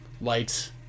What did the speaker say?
lights